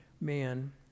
man